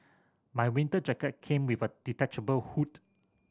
my winter jacket came with a detachable hood